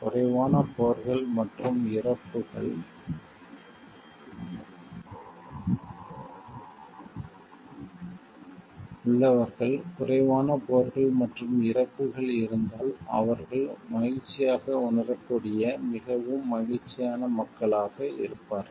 குறைவான போர்கள் மற்றும் இறப்புகள் உள்ளவர்கள் குறைவான போர்கள் மற்றும் இறப்புகள் இருந்தால் அவர்கள் மகிழ்ச்சியாக உணரக்கூடிய மிகவும் மகிழ்ச்சியான மக்களாக இருப்பார்கள்